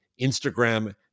Instagram